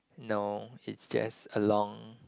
no it's just along